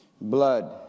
Blood